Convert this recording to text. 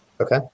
Okay